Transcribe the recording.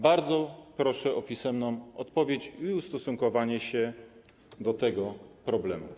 Bardzo proszę o pisemną odpowiedź i ustosunkowanie się do tego problemu.